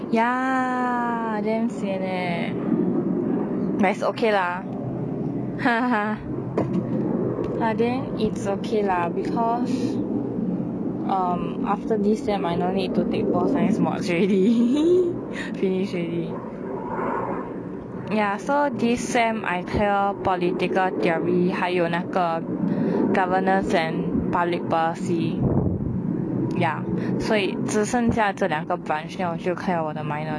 ya damn sian eh but is okay lah hahaha !huh! then it's okay lah because um after this sem I no need to take pure science mods already finish already ya so this sem I clear political theory 还有那个 governance and public policy ya 所以只剩下这两个 branch then 我就 clear 我的 minor liao